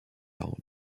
are